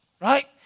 right